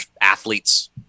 athletes